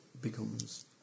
becomes